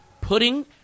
putting